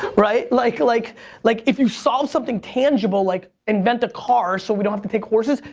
right? like like like, if you solve something tangible, like invent a car so we don't have to take horses,